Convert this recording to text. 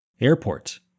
Airport